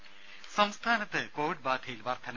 രുമ സംസ്ഥാനത്ത് കോവിഡ് ബാധയിൽ വർദ്ധന